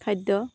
খাদ্য